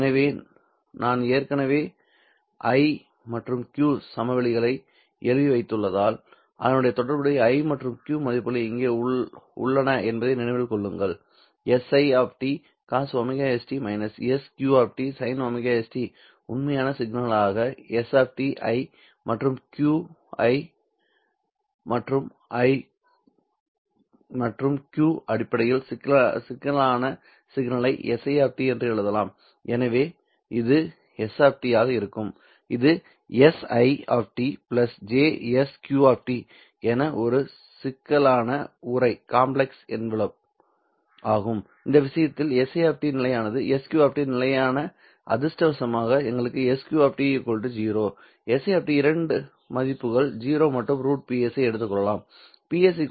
ஆனால் நான் ஏற்கனவே I மற்றும் Q சமவெளிகளை எழுதி வைத்துள்ளதால் அதனுடன் தொடர்புடைய I மற்றும் Q மதிப்புகள் இங்கே உள்ளன என்பதை நினைவில் கொள்ளுங்கள் SI cosωst SQ sinωst உண்மையான சிக்னலாக S I மற்றும் Q ஐ I மற்றும் Q அடிப்படையில் சிக்கலான சிக்னலை SI என்று எழுதலாம்எனவே இது S̄ ஆக இருக்கும் இது SI jSQ என ஒரு சிக்கலான உறை ஆகும் இந்த விஷயத்தில் SI நிலையானது SQ நிலையான அதிர்ஷ்டவசமாக எங்களுக்கு SQ 0 SI இரண்டு மதிப்புகள் 0 மற்றும் √Ps ஐ எடுக்கலாம்